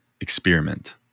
experiment